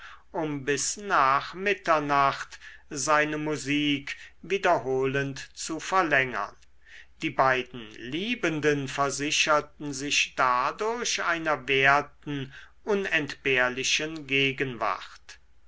um bis nachmitternacht seine musik wiederholend zu verlängern die beiden liebenden versicherten sich dadurch einer werten unentbehrlichen gegenwart